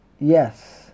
yes